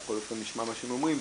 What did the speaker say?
נשמע מה שהם אומרים,